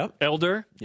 Elder